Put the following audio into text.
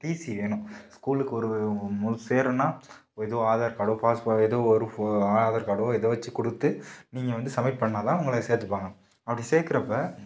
DC வேணும் ஸ்கூலுக்கு வரு நம்ம வந்து சேரணும்னா பொதுவாக ஆதார் கார்டு பாஸ் ஏதோ ஒரு ஆதார் கார்டு ஏதோ வச்சி கொடுத்து நீங்கள் வந்து சப்மிட் பண்ணிணா தான் உங்களை சேர்த்துப்பாங்க அப்படி சேர்க்குறப்ப